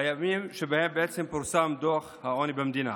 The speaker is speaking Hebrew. בימים שבהם פורסם דוח העוני במדינה,